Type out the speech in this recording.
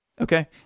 Okay